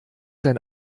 sein